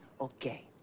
Okay